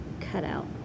cutout